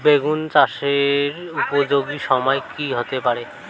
বেগুন চাষের উপযোগী সময় কি হতে পারে?